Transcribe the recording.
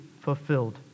fulfilled